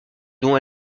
dont